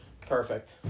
Perfect